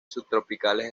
subtropicales